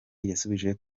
yasubije